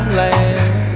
land